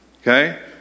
Okay